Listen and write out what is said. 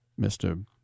Mr